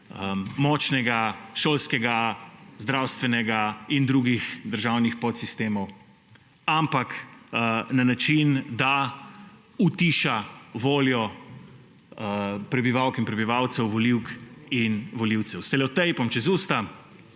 močnega šolskega, zdravstvenega in drugih državnih podsistemov, ampak na način, da utiša voljo prebivalk in prebivalcev, volivk in volivcev. S selotejpom čez usta,